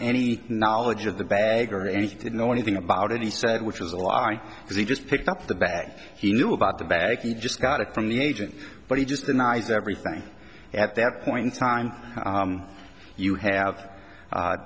any knowledge of the bag or anything to know anything about it he said which was a lie because he just picked up the bag he knew about the bag he just got it from the agent but he just denies everything at that point in time you have